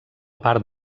part